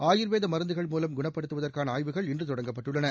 ஆயுர்வேத மருந்துகள் மூலம் குணப்படுத்துவதற்கான ஆய்வுகள் இன்று தொடங்கப்பட்டுள்ளன